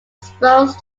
exposed